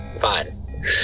Fine